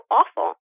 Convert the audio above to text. awful